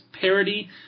parody